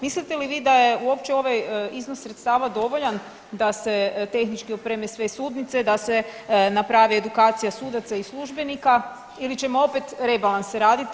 Mislite li vi da je uopće ovaj iznos sredstava dovoljan da se tehnički opreme sve sudnice, da se napravi edukacija sudaca i službenika ili ćemo opet rebalans raditi?